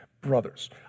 Brothers